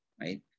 right